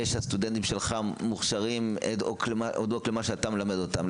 שהסטודנטים שלך מוכשרים אד-הוק הודות למה שאתה מלמד אותם,